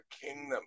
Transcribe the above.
kingdom